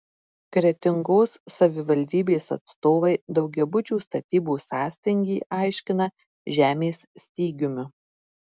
kretingos savivaldybės atstovai daugiabučių statybų sąstingį aiškina žemės stygiumi